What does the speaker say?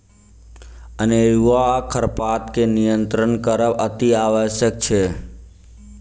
अनेरूआ खरपात के नियंत्रण करब अतिआवश्यक अछि